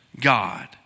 God